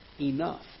Enough